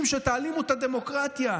שתעלימו את הדמוקרטיה,